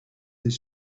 his